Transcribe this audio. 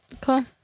Cool